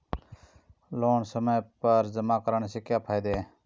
Loan समय पर जमा कराने के क्या फायदे हैं?